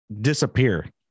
disappear